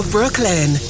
Brooklyn